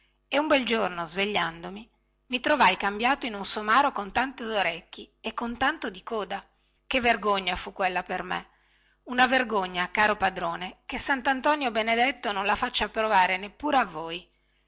e un bel giorno svegliandomi mi trovai cambiato in un somaro con tanto di orecchi e con tanto di coda che vergogna fu quella per me una vergogna caro padrone che santantonio benedetto non la faccia provare neppure a voi